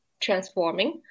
Transforming